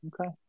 okay